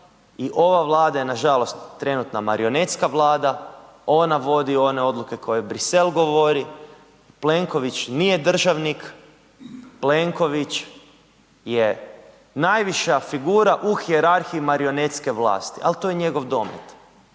i ova Vlada je nažalost trenutna marionetska vlada ona vodi one odluke koje Bruxelles govori, Plenković nije državnik, Plenković je najviša figura u hijerarhiji marionetske vlasti, ali to je njegov domet.